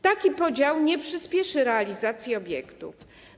Taki podział nie przyspieszy realizacji obiektów.